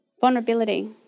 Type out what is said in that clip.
Vulnerability